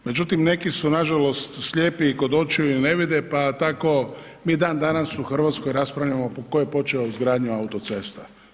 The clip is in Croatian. Međutim, neki su nažalost slijepi i kod očiju i ne vide, pa tako mi dan danas u RH raspravljamo tko je počeo izgradnju autocesta.